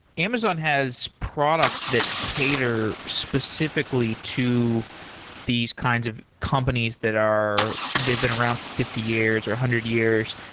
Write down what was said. amazon has products that cater specifically to these kinds of companies that are they've been around for fifty years, or a hundred years.